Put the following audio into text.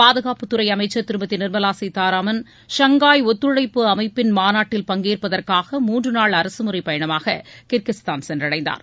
பாதுகாப்புத்துறை அமைச்சர் திருமதி நிர்மலா சீத்தாராமன் ஷாங்காய் ஒத்துழைப்பு அமைப்பின் மாநாட்டில் பங்கேற்பதற்காக மூன்று நாள் அரசமுறைப் பயணமாக கிர்கிஸ்தான் சென்றடைந்தார்